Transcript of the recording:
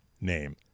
name